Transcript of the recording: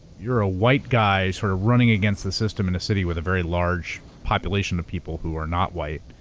you're a white guy sort of running against the system in a city with a very large population of people who are not white.